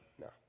No